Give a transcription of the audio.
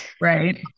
Right